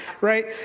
right